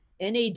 nad